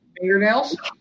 fingernails